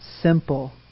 simple